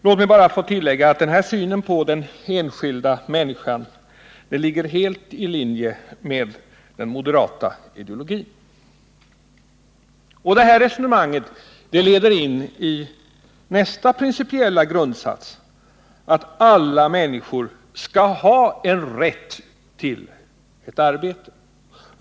Låt mig bara få tillägga att denna syn på den enskilda människan ligger helt i linje med den moderata ideologin. Resonemanget leder vidare in i nästa principiella grundsats: att alla människor skall ha rätt till ett arbete.